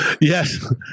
yes